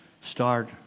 start